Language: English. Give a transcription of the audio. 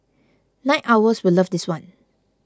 night owls will love this one